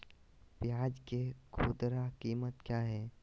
प्याज के खुदरा कीमत क्या है?